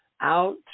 out